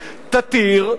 תתיר,